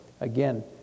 again